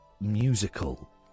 musical